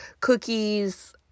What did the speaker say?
cookies